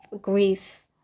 grief